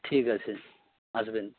ঠিক আছে আসবেন